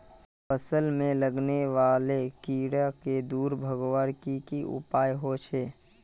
फसल में लगने वाले कीड़ा क दूर भगवार की की उपाय होचे?